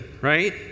right